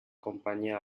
compagnia